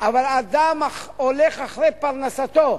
אבל אדם הולך אחרי פרנסתו,